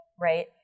right